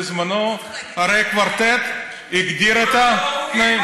בזמנו הרי הקוורטט הגדיר את התנאים,